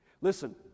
Listen